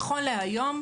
נכון להיום,